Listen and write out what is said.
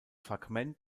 fragment